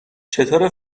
چطوره